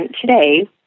today